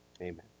Amen